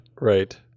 Right